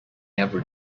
every